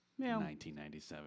1997